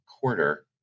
quarter